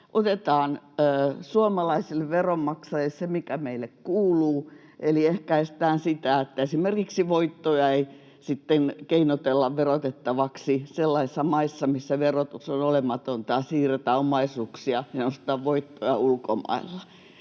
otetaan suomalaisille veronmaksajille se, mikä meille kuuluu, eli ehkäistään sitä, että esimerkiksi voittoja sitten keinoteltaisiin verotettavaksi sellaisissa maissa, missä verotus on olematonta, ja siirrettäisiin omaisuuksia ja nostettaisiin voittoja ulkomailla.